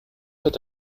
hat